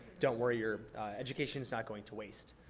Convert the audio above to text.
don't worry your education's not going to waste.